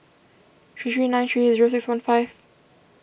three three nine three zero six one five